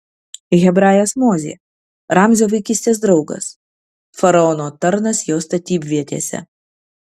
hebrajas mozė ramzio vaikystės draugas faraono tarnas jo statybvietėse